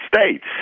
States